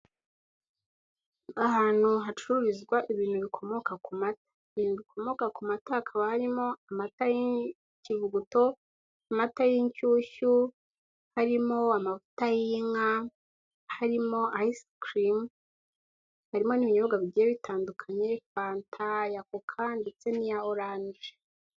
Ahantu hacururizwa ibintu bikomoka ku mata, ibintu bikomoka ku mata hakaba harimo amata y'ikivuguto, amata y'inshyushyu harimo amavuta y'inka harimo Ayise kirimu harimo n'ibinyobwa bigiye bitandukanye, fanta ya koka ndetse n'iya oranje.